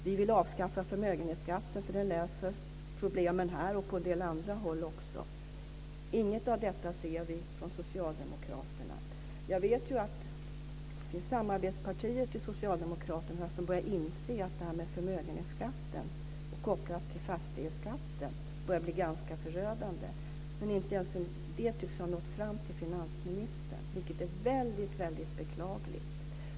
Vi vill avskaffa förmögenhetsskatten, vilket löser problemen här och även på en del andra håll. Inget av detta ser vi från socialdemokraterna. Jag vet att Socialdemokraternas samarbetspartier börjar inse att förmögenhetsskatten kopplad till fastighetsskatten börjar bli ganska förödande, men inte ens det tycks ha nått fram till finansministern, vilket är väldigt beklagligt.